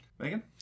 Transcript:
Megan